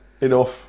enough